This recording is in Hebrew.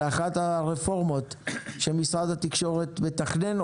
אחת הרפורמות שמשרד התקשורת מתכנן,